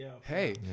Hey